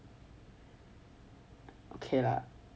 okay lah